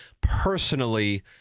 Personally